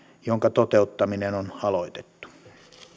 jonka toteuttaminen on aloitettu